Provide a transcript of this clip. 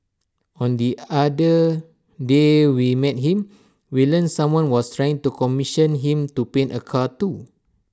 on the other day we met him we learnt someone was trying to commission him to paint A car too